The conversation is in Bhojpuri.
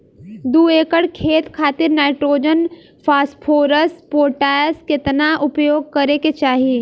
दू एकड़ खेत खातिर नाइट्रोजन फास्फोरस पोटाश केतना उपयोग करे के चाहीं?